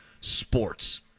sports